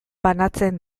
banatzen